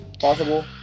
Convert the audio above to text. Possible